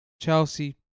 Chelsea